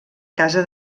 casa